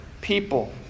people